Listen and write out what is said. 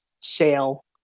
Sale